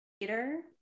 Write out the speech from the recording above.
Peter